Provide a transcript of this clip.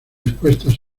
expuestas